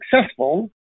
successful